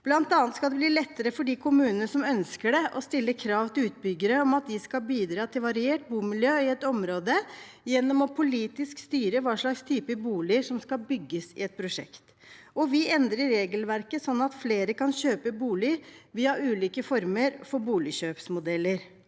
Blant annet skal det bli lettere for de kommunene som ønsker det, å stille krav til utbyggere om at de skal bidra til variert bomiljø i et område, gjennom å styre politisk hva slags type boliger som skal bygges i et prosjekt. Vi endrer regelverket sånn at flere kan kjøpe bolig via ulike former for boligkjøpsmodeller.